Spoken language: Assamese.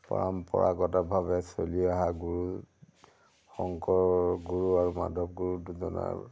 পৰম্পৰাগতভাৱে চলি অহা গুৰু শংকৰ গুৰু আৰু মাধৱ গুৰু দুজনাৰ